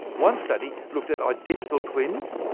one study looked at identical twins,